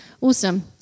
Awesome